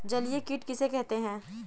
जलीय कीट किसे कहते हैं?